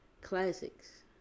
classics